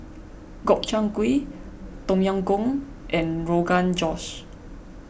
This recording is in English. Gobchang Gui Tom Yam Goong and Rogan Josh